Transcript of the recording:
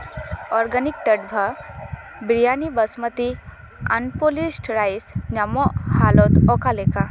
organic ᱴᱮᱴᱵᱷᱟ biryani basmati unpolished rice ᱧᱟᱢᱚᱜ ᱦᱟᱞᱚᱛ ᱚᱠᱟᱞᱮᱠᱟ